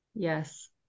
Yes